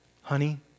honey